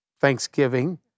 Thanksgiving